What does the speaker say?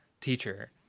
teacher